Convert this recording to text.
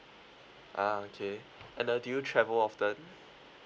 ah okay and uh do you travel often